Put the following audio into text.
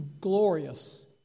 glorious